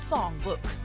Songbook